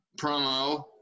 promo